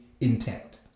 intact